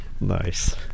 Nice